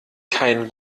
kein